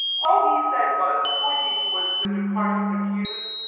all he said was, pointing towards the departing recusant,